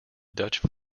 dutch